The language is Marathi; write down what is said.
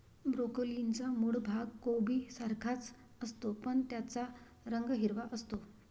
ब्रोकोलीचा मूळ भाग कोबीसारखाच असतो, पण त्याचा रंग हिरवा असतो